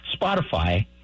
Spotify